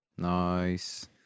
nice